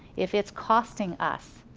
if it's costing us,